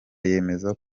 yemeza